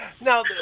Now